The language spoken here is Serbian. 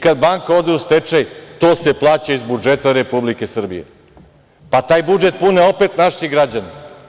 Kad banka ode u stečaj to se plaća iz budžeta Republike Srbije, pa taj budžet opet pune naši građani.